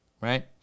right